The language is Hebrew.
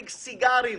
סיגרים,